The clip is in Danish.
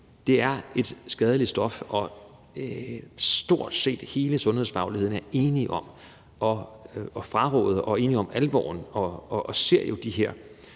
Det er et skadeligt stof, og stort set hele sundhedsfagligheden er enige om at fraråde og enige om alvoren og ser jo de her